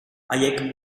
haiek